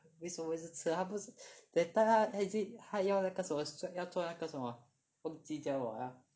为什么一直吃他不是 that time 他还去他用那个 strap 要做那个什么啊忘记叫什么